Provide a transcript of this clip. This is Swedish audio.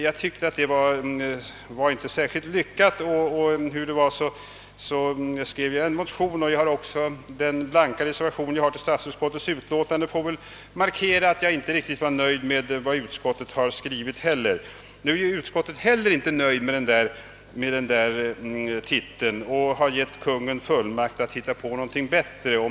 Jag tyckte inte detta var särskilt lyckat och skrev därför en motion. Den blanka reservation jag har fogat till statsutskottets utlåtande får också markera att jag inte är riktigt nöjd med vad utskottet skrivit. I utskottet var man inte heller nöjd med titeln och har givit Kungl. Maj:t fullmakt att fastställa något bättre.